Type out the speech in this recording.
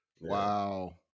Wow